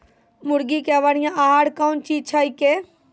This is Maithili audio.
मुर्गी के बढ़िया आहार कौन चीज छै के?